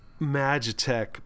Magitech